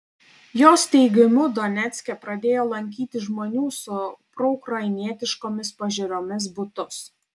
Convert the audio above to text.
jos teigimu donecke pradėjo lankyti žmonių su proukrainietiškomis pažiūromis butus